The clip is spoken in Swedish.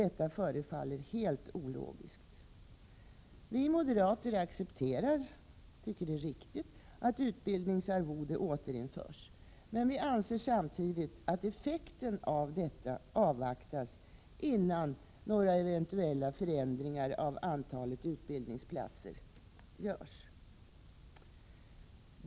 Detta förefaller helt ologiskt. Vi moderater tycker att det är riktigt att utbildningsarvode återinförs, men vi anser att effekten av denna åtgärd bör avvaktas, innan eventuella förändringar av antalet utbildningsplatser görs.